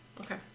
Okay